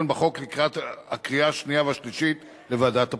בהצעת החוק לקראת הקריאה השנייה והשלישית לוועדת הפנים.